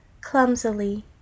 Clumsily